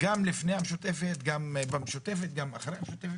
גם לפני המשותפת, גם במשותפת, גם אחרי המשותפת.